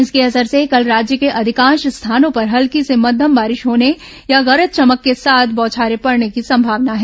इसके असंर से कल राज्य के अधिकांश स्थानों पर हल्की से मध्यम बारिश होने या गरज चमक के साथ बौछारें पड़ने की संभावना है